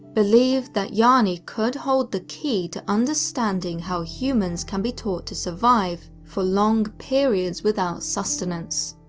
believe that jani could hold the key to understanding how humans can be taught to survive for long periods without sustenance.